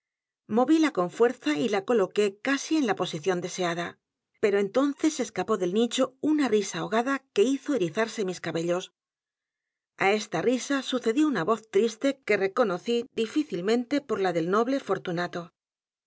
pegar movíla con fuerza y la coloqué casi en la posición deseada pero entonces se escapó del nicho una r risa ahogada que hizo erizarse mis cabellos a esta risa sucedió una voz triste que reconocí difícilmente por la del noble fortunato